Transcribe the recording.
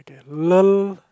K lol